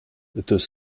deux